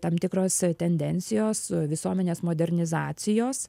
tam tikros tendencijos visuomenės modernizacijos